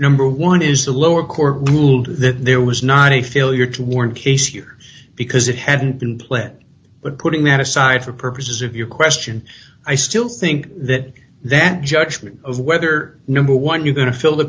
number one is the lower court ruled that there was not a failure to warrant case here because it hadn't been pled but putting that aside for purposes of your question i still think that that judgment of whether number one you go to fill the